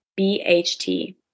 BHT